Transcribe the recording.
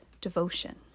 devotion